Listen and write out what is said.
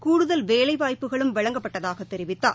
கூடுதல் வேலைவாய்ப்புகளும் வழங்கப்பட்டதாக தெரிவித்தார்